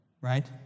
right